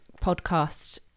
podcast